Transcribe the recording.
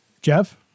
Jeff